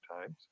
times